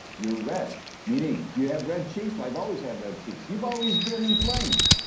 you're red meaning, do you have red cheeks? i've always had red cheeks. you've always been inflamed.